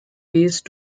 base